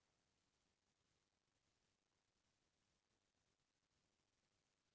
आज काल सब किसान मन ह जागरूक हो गए हे